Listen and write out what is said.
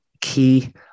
key